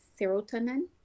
serotonin